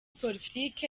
politiki